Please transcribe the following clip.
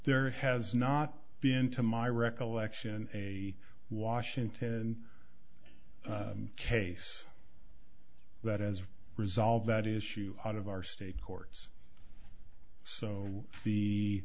there has not been to my recollection a washington case that has resolve that issue out of our state courts so